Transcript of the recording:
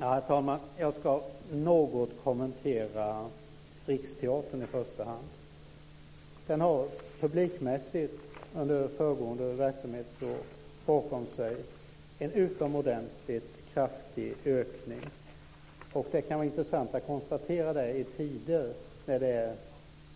Herr talman! Jag ska något kommentera i första hand Riksteatern. Den har publikmässigt under föregående verksamhetsår bakom sig en utomordentligt kraftig ökning. Det kan vara intressant att konstatera det i tider där det